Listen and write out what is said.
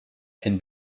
can